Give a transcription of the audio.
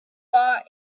are